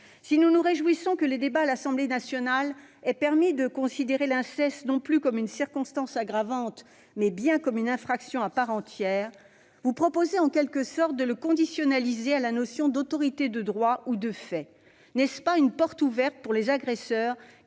Si nous nous réjouissons que les débats à l'Assemblée nationale aient permis de considérer l'inceste non plus comme une circonstance aggravante, mais bien comme une infraction à part entière, vous proposez en quelque sorte de le « conditionnaliser » à la notion d'autorité, de droit ou de fait. N'est-ce pas une porte ouverte pour les agresseurs